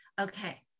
okay